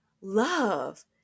love